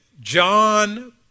John